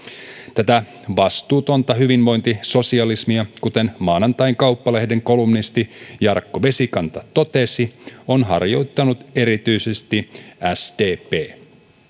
tätä vastuutonta hyvinvointisosialismia kuten maanantain kauppalehden kolumnisti jarkko vesikansa totesi on harjoittanut erityisesti sdp